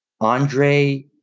Andre